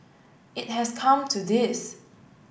it has come to this